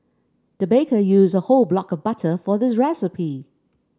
the baker used a whole block of butter for this recipe